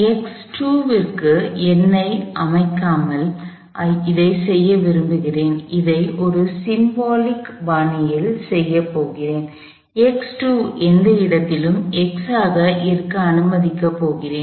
க்கு எண்ணை அமைக்காமல் இதைச் செய்ய விரும்புகிறேன் இதை ஒரு சிம்போலிக் குறியீட்டு பாணியில் செய்யப் போகிறேன் எந்த இடத்திலும் x ஆக இருக்க அனுமதிக்கப் போகிறேன்